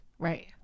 Right